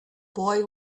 boy